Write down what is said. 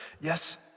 yes